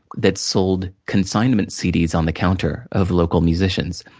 that sold consignment cds on the counter, of local musicians.